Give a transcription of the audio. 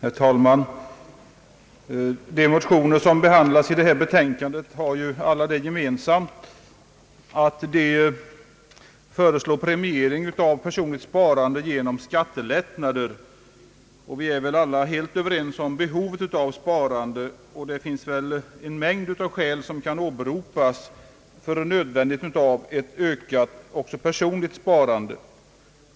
Herr talman! De motioner som behandlas i detta betänkande har alla det gemensamt att de föreslår premiering av personligt sparande genom skattelättnader. Vi är alla överens om behovet av sparande, och att det finns många skäl som kan åberopas för nödvändigheten av ett ökat personligt sparande.